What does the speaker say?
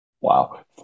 Wow